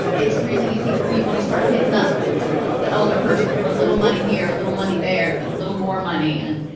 it's really easy for people to start hitting up the elder person for a little money here a little money there then a little more money and